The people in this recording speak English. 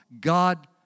God